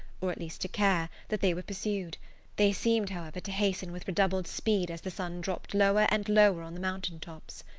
or at least to care, that they were pursued they seemed, however, to hasten with redoubled speed as the sun dropped lower and lower on the mountain tops.